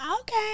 Okay